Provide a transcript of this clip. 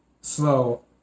Slow